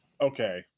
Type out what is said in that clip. Okay